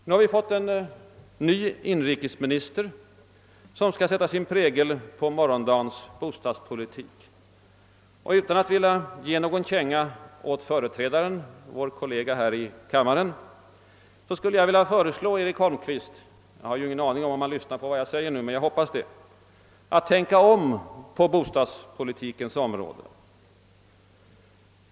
Nu har vi fått en ny inrikesminister som skall sätta sin prägel på morgondagens bostadspolitik. Utan att vilja ge någon känga åt företrädaren, vår kollega här i kammaren, skulle jag vilja föreslå Eric Holmqvist — jag vet inte om han lyssnar på vad jag säger, men jag hoppas det — att tänka om på bostadspolitikens område.